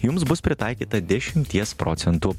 jums bus pritaikyta dešimties procentų